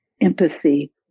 empathy